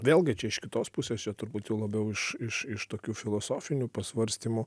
vėlgi čia iš kitos pusės čia turbūt jau labiau iš iš iš tokių filosofinių pasvarstymų